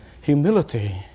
Humility